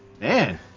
man